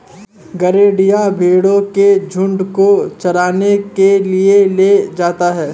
गरेड़िया भेंड़ों के झुण्ड को चराने के लिए ले जाता है